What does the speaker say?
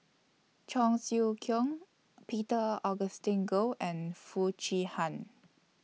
Cheong Siew Keong Peter Augustine Goh and Foo Chee Han